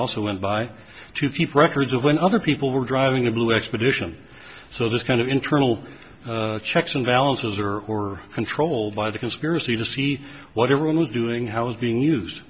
also went by to keep records of when other people were driving a blue expedition so this kind of internal checks and balances are or controlled by the conspiracy to see what everyone was doing how it's being used